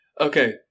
Okay